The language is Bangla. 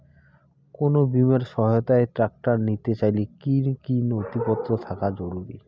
কোন বিমার সহায়তায় ট্রাক্টর নিতে চাইলে কী কী নথিপত্র থাকা জরুরি?